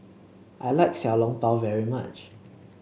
I like Xiao Long Bao very much